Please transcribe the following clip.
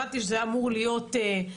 הבנתי שזה היה אמור להיות אתמול.